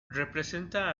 representa